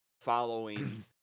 following